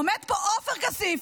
עומד פה עופר כסיף,